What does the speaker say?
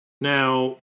Now